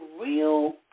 real